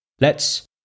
Let's-